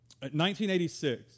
1986